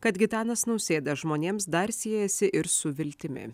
kad gitanas nausėda žmonėms dar siejasi ir su viltimi